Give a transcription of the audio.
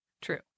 True